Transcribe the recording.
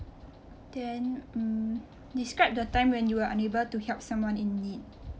then mm describe the time when you were unable to help someone in need